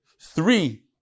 three